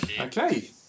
Okay